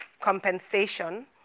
compensation